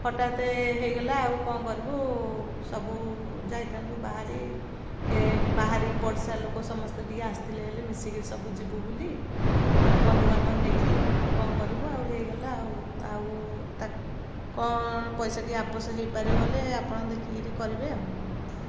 ହଠାତ୍ ହେଇଗଲା ଆଉ କ'ଣ କରିବୁ ସବୁ ଯାଇଥାନ୍ତୁ ବାହାରି କେ ବାହାରି ପଡ଼ିଶା ଲୋକ ସମସ୍ତେ ଟିକେ ଆସିଥିଲେ ହେଲେ ମିଶିକିରି ସବୁ ଯିବୁ ବୋଲି ବନ୍ଧୁବାନ୍ଧବ ନେଇକିରି କ'ଣ କରିବୁ ଆଉ ହେଇଗଲା ଆଉ ଆଉ ତା କ'ଣ ପଇସା ଟିକେ ଆପସ ହେଇପାରିବ ହେଲେ ଆପଣ ଦେଖିକିରି କରିବେ ଆଉ